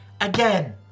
again